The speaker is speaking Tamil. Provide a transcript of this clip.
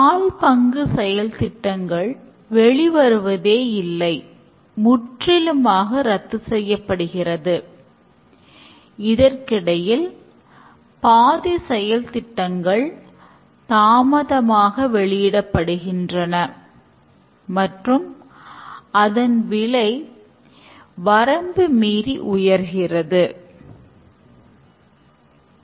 இதற்கான பதில் திட்டம் பண பற்றாக்குறை காரணமாக தோல்வி அடையலாம் திட்டம் முடிய நீண்ட நேரம் எடுத்து கொள்ளலாம் திட்டம் முடியாமல் போகலாம் திட்டத்தின் தரம் குறையலாம் மற்றும் பல